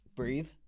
Breathe